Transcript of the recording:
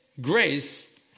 grace